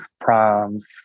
proms